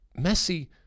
Messi